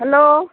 hello